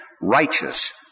righteous